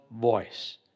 voice